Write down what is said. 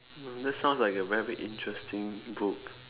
that sounds like a very interesting book